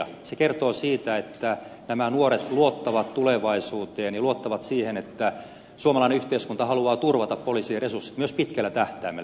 se kertoo siitä että nämä nuoret luottavat tulevaisuuteen ja luottavat siihen että suomalainen yhteiskunta haluaa turvata poliisien resurssit myös pitkällä tähtäimellä